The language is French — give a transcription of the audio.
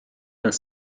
vingt